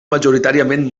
majoritàriament